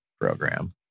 program